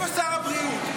איפה שר הבריאות?